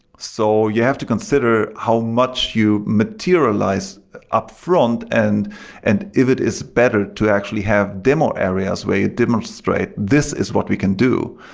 so you have to consider how much you materialize upfront and and if it is better to actually have demo areas where you demonstrate this is what we can do.